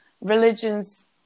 religions